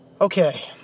Okay